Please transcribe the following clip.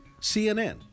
CNN